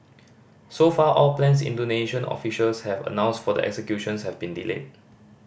so far all plans Indonesian officials have announced for the executions have been delayed